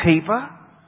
keeper